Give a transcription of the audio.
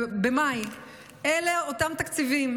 אלה אותם תקציבים.